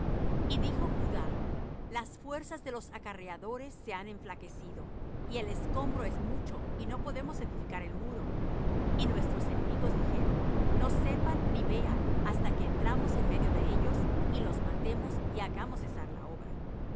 y dijo judá las fuerzas de los acarreadores se han enflaquecido y el escombro es mucho y no podemos edificar el muro y nuestros enemigos dijeron no sepan ni vean hasta que entremos en medio de ellos y los matemos y hagamos cesar la obra